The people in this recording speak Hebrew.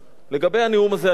לגבי הנאום הזה היום,